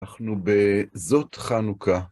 אנחנו בזאת חנוכה.